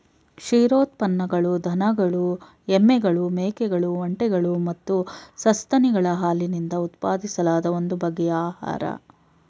ಕ್ಷೀರೋತ್ಪನ್ನಗಳು ದನಗಳು ಎಮ್ಮೆಗಳು ಮೇಕೆಗಳು ಒಂಟೆಗಳು ಮತ್ತು ಸಸ್ತನಿಗಳ ಹಾಲಿನಿಂದ ಉತ್ಪಾದಿಸಲಾದ ಒಂದು ಬಗೆಯ ಆಹಾರ